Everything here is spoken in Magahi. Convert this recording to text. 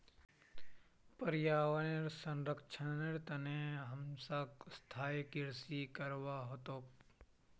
पर्यावन संरक्षनेर तने हमसाक स्थायी कृषि करवा ह तोक